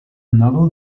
novel